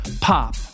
Pop